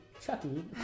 Chucky